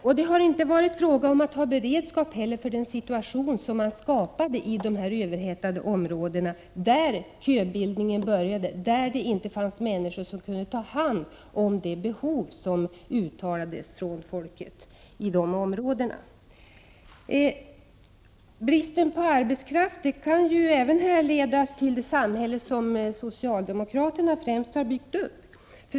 Man har inte heller haft beredskap för den situation som man skapade i de överhettade områdena, där köbildningen började och där det inte fanns människor som kunde ta hand om det behov som uttalades från folket i de områdena. Bristen på arbetskraft kan även härledas till det samhälle som främst socialdemokraterna har byggt upp.